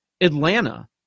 Atlanta